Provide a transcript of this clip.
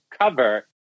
cover